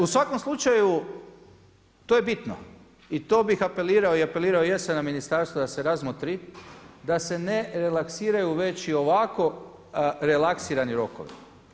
U svakom slučaju to je bitno i to bih apelirao i apelirao jesam na ministarstvo da se razmotri, da se ne relaksiraju već i ovako relaksirani rokovi.